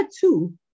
two